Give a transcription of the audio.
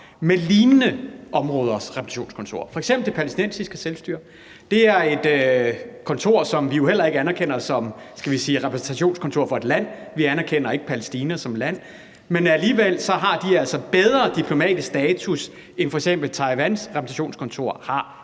med lignende områders repræsentationskontorer, f.eks. det palæstinensiske selvstyres. Det er et kontor, som vi jo heller ikke anerkender som, skal vi sige, repræsentationskontor for et land. Vi anerkender ikke Palæstina som land, men alligevel har de altså bedre diplomatisk status, end f.eks. Taiwans repræsentationskontor har